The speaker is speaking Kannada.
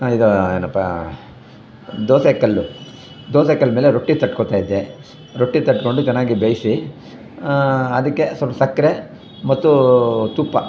ಇದು ಏನಪ್ಪಾ ದೋಸೆ ಕಲ್ಲು ದೋಸೆ ಕಲ್ಮೇಲೆ ರೊಟ್ಟಿ ತಟ್ಕೊತಾಯಿದ್ದೆ ರೊಟ್ಟಿ ತಟ್ಟಿಕೊಂಡು ಚೆನ್ನಾಗಿ ಬೇಯಿಸಿ ಅದಕ್ಕೆ ಸ್ವಲ್ಪ ಸಕ್ಕರೆ ಮತ್ತು ತುಪ್ಪ